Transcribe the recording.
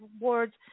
awards